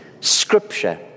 Scripture